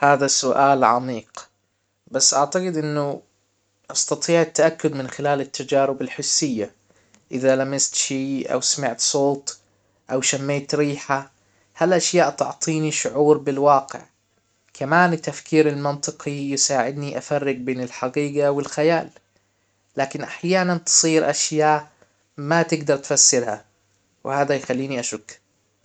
هذا السؤال عميق بس اعتقد انه استطيع التأكد من خلال التجارب الحسية اذا لمست شي او سمعت صوت او شميت ريحة هالاشياء تعطيني شعور بالواقع كمان التفكير المنطقي يساعدني افرج بين الحجيجة و الخيال لكن احيانا تصير اشياء ما تجدر تفسرها وهذا يخليني أشك